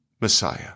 Messiah